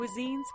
cuisines